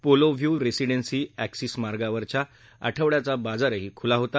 पोलोव्बू residency axis मार्गावरच्या आठवड्याच्या बाजारही खुला होता